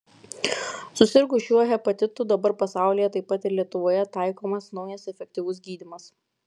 susirgus šiuo hepatitu dabar pasaulyje taip pat ir lietuvoje taikomas naujas efektyvus gydymas